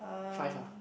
five ah